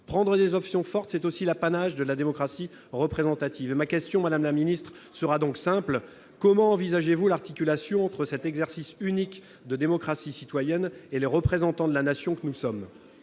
Prendre des options fortes, c'est aussi l'apanage de la démocratie représentative. Comment le Gouvernement envisage-t-il l'articulation entre cet exercice inédit de démocratie citoyenne et les représentants de la Nation que nous sommes ?